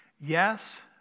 Yes